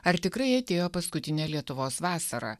ar tikrai atėjo paskutinė lietuvos vasara